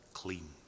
clean